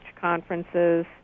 conferences